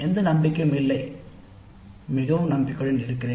எந்த நம்பிக்கையும் இல்லை மிகவும் நம்பிக்கையுடன் இருக்கிறேன்